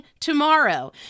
tomorrow